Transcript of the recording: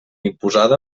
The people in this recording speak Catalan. imposada